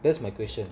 that's my question